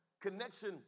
connection